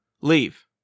leave